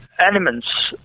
elements